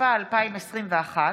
התשפ"א 2021,